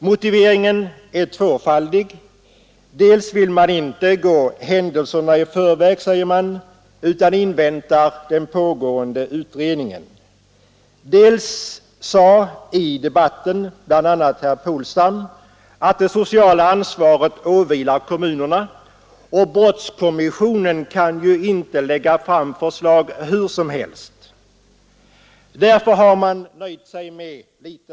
Motiveringörväg, säger man, utan en är tvåfaldig: dels vill man inte gå händelserna i invänta den pågående utredningen, dels åvilar, sade herr Polstam i debatten, det sociala ansvaret kommunerna, och brottskommissionen kan för har man nöjt sig med litet ju inte lägga fram förslag hur som helst.